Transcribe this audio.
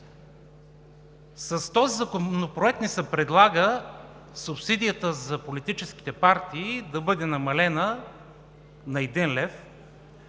С този законопроект ни се предлага субсидията за политическите партии да бъде намалена на 1 лв.